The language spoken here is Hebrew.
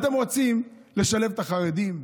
אתם רוצים לשלב את החרדים?